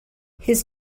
his